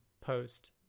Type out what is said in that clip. post